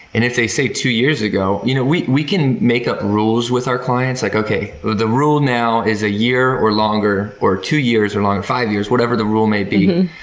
and if they say, two years ago, you know we we can make up rules with our clients like, okay, the rule now is a year or longer, or two years or longer, or five years, whatever the rule may be,